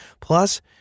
Plus